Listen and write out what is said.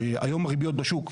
והיום הריביות בשוק,